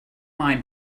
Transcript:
mind